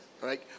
right